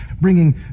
bringing